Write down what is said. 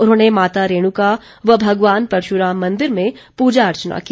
उन्होंने माता रेणुका व भगवान परशुराम मंदिर में पूजा अर्चना की